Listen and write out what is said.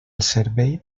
servei